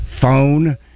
phone